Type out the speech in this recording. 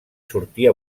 sortir